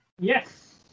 Yes